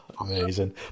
Amazing